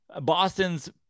Boston's